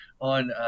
on